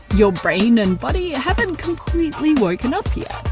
your brain and body haven't completely woken up yet.